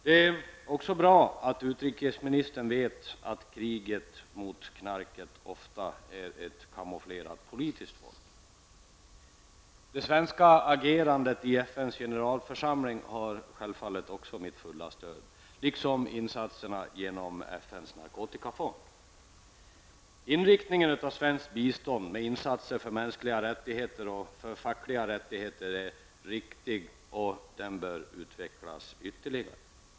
Det är också bra att utrikesministern vet att kriget mot knarket ofta är ett kamouflerat politiskt våld. Det svenska agerandet i FNs generalförsamling har självfallet också mitt fulla stöd, liksom insatserna genom FNs narkotikafond. Inriktningen av svenskt bistånd med insatser för mänskliga och fackliga rättigheter är riktig, och den bör utvecklas ytterligare.